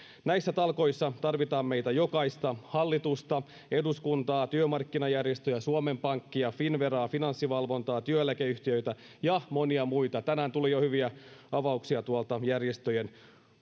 näissä talkoissa tarvitaan meitä jokaista hallitusta eduskuntaa työmarkkinajärjestöjä suomen pankkia finnveraa finanssivalvontaa työeläkeyhtiöitä ja monia muita tänään tuli jo hyviä avauksia tuolta järjestöjen